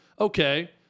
Okay